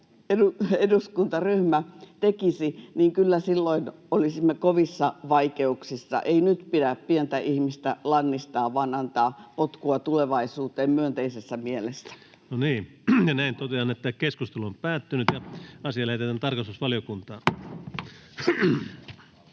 eduskuntaryhmä tekisi. Kyllä silloin olisimme kovissa vaikeuksissa. Ei nyt pidä pientä ihmistä lannistaa vaan antaa potkua tulevaisuuteen myönteisessä mielessä. Mikki ei ole päällä. Lähetekeskustelua varten esitellään päiväjärjestyksen 11.